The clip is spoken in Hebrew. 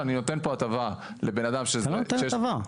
ואני נותן פה הטבה לבן אדם --- אתה לא נותן הטבה.